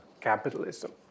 capitalism